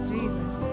Jesus